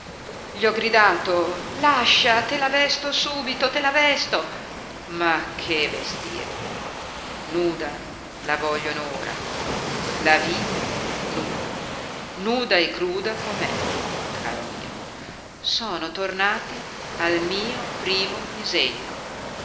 gli ho gridato lascia te la vesto subito te la vesto ma che vestire nuda la vogliono ora la vita nuda nuda e cruda com'è caro mio sono tornati al mio primo disegno